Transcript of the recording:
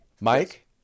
Mike